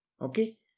Okay